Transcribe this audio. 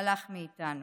הלך מאיתנו.